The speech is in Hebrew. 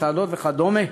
מסעדות וכדומה,